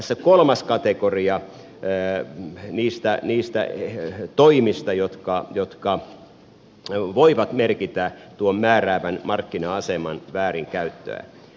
tässä kolmas kategoria niistä toimista jotka voivat merkitä tuon määräävän markkina aseman väärinkäyttöä